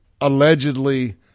allegedly